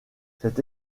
cette